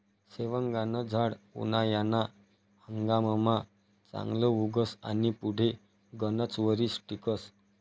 शेवगानं झाड उनायाना हंगाममा चांगलं उगस आनी पुढे गनच वरीस टिकस